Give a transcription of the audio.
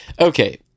okay